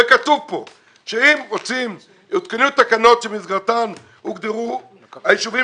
כתוב כאן שיותקנו תקנות במסגרתן הוגדרו הישובים